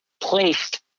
placed